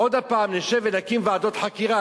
עוד הפעם נשב ונקים ועדות חקירה.